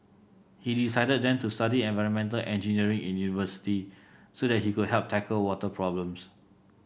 he decided then to study environmental engineering in university so that he could help tackle water problems